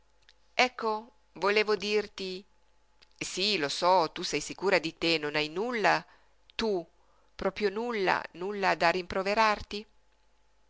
ecco volevo dirti sí lo so tu sei sicura di te non hai nulla tu proprio nulla nulla da rimproverarti